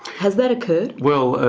has that occurred? well,